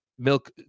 Milk